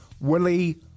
Willie